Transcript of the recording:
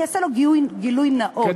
אני אעשה לו גילוי נאות,